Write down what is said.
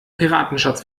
piratenschatz